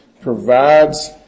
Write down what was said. provides